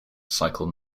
cycle